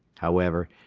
however,